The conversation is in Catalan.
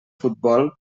futbol